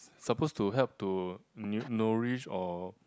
suppose to help to nu~ nourish or